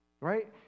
Right